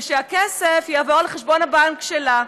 והכסף יעבור לחשבון הבנק שלה,